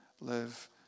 live